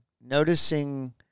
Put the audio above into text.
noticing